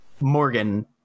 Morgan